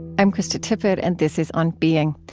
i'm krista tippett, and this is on being.